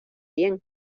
bien